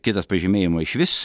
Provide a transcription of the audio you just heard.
kitas pažymėjimo išvis